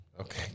okay